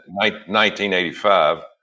1985